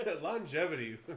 Longevity